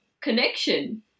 connection